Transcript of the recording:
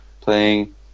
playing